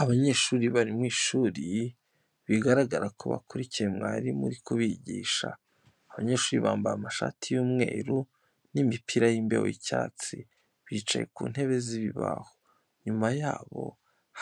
Abanyeshuri bari mu ishuri bigaragara ko bakurikiye mwarimu uri kubigisha. Abanyeshuri bambaye amashati y'umweru n'imipira y'imbeho y'icyatsi, bicaye ku ntebe z'ibibaho, inyuma yabo